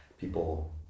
people